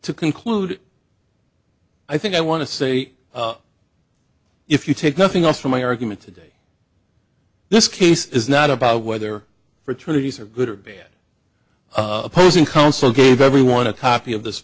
to conclude i think i want to say if you take nothing else from my argument today this case is not about whether fraternities are good or bad of opposing counsel gave everyone a copy of this